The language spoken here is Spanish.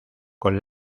con